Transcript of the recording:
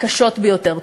קשות ביותר.